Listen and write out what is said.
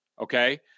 Okay